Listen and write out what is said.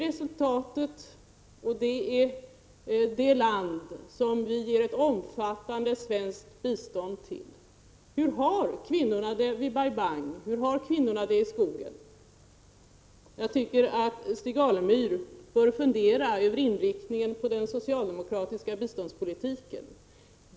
Detta händer i det land som vi ger ett omfattande svenskt bistånd till. Hur har kvinnorna det vid Bai Bang, hur har kvinnorna det i skogen? Jag tycker att Stig Alemyr bör fundera över inriktningen på den socialdemokratiska biståndspolitiken.